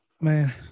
Man